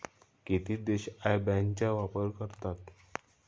किती देश IBAN चा वापर करतात?